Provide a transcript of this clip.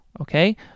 okay